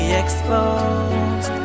exposed